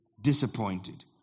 disappointed